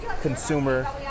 consumer